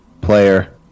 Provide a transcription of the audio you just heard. player